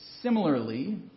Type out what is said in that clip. Similarly